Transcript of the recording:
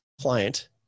client